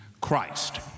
Christ